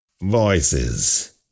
Voices